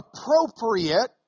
appropriate